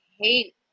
hate